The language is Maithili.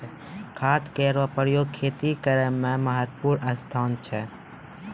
खाद केरो प्रयोग खेती करै म महत्त्वपूर्ण स्थान छै